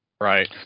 Right